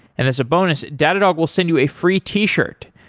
and as a bonus, datadog will send you a free t-shirt.